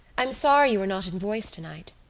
i'm sorry you were not in voice tonight.